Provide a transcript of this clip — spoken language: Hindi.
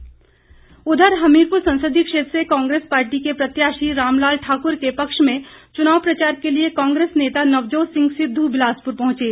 सिद्द हमीरपुर संसदीय क्षेत्र से कांग्रेस पार्टी के प्रत्याशी रामलाल ठाक्र के पक्ष में चुनाव प्रचार के लिए कांग्रेस नेता नवजोत सिंह सिद्धू बिलासपुर पहुंचे